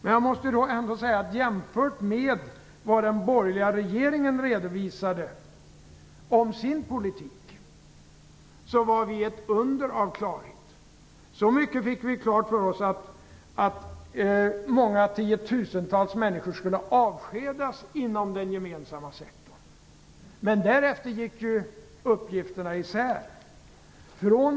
Men jämfört med vad den borgerliga regeringen redovisade om sin politik var vi ett under av klarhet - det måste jag ändå säga. Vi fick klart för oss att många tiotusentals människor skulle avskedas inom den gemensamma sektorn, men därefter gick uppgifterna isär.